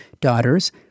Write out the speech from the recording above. daughters